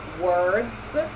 words